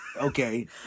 Okay